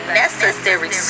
necessary